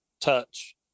touch